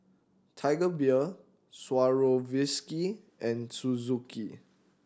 Tiger Beer Swarovski and Suzuki